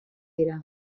dira